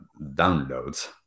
downloads